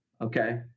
okay